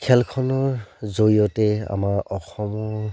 খেলখনৰ জৰিয়তে আমাৰ অসমৰ